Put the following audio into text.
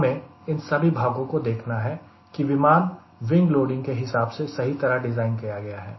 हमें इन सभी भागों में देखना है कि विमान विंग लोडिंग के हिसाब से सही तरह डिज़ाइन किया गया है